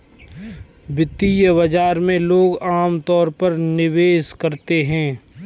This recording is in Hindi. वित्तीय बाजार में लोग अमतौर पर निवेश करते हैं